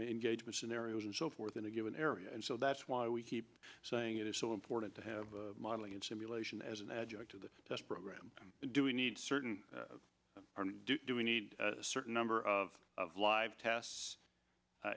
engagement scenarios and so forth in a given area and so that's why we keep saying it is so important to have modeling and simulation as an adjunct to the test program do we need certain do we need a certain number of live tests